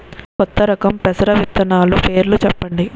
కొత్త రకం పెసర విత్తనాలు పేర్లు చెప్పండి?